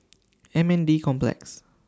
M N D Complex